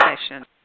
session